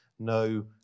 no